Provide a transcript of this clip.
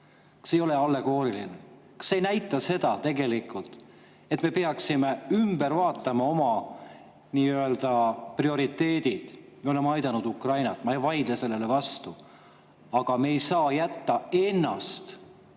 see ei ole allegooriline? Kas see ei näita tegelikult seda, et me peaksime ümber vaatama oma prioriteedid? Me oleme aidanud Ukrainat, ma ei vaidle sellele vastu. Aga me ei saa jätta ennast